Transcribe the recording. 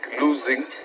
losing